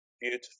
beautiful